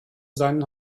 seinen